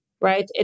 right